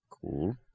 Cool